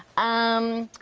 um.